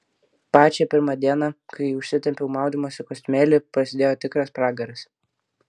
pačią pirmą dieną kai užsitempiau maudymosi kostiumėlį prasidėjo tikras pragaras